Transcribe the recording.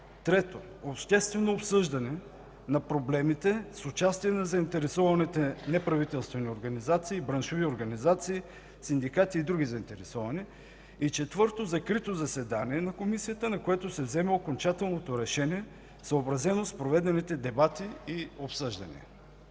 Трето, обществено обсъждане на проблемите с участие на заинтересованите неправителствени организации, браншови организации, синдикати и други заинтересовани. И, четвърто, закрито заседание на Комисията, на което се взема окончателното решение, съобразено с проведените дебати и обсъждания.